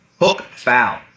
hook-foul